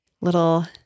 Little